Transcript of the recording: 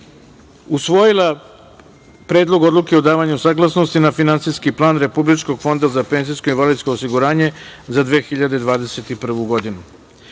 usvojila Predlog odluke o davanju saglasnosti na finansijski plan Republičkog budžeta za penzijsko i invalidsko osiguranje za 2021.